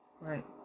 Right